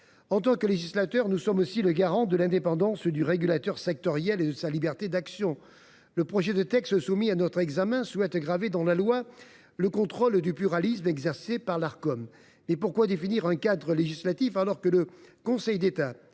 En tant que législateurs, nous sommes aussi les garants de l’indépendance du régulateur sectoriel et de sa liberté d’action. À travers le texte qui est soumis à notre examen, il s’agit de graver dans la loi le contrôle du pluralisme exercé par l’Arcom. Mais pourquoi définir un cadre législatif alors que le Conseil d’État,